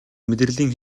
мэдрэлийн